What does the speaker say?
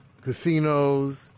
casinos